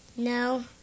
No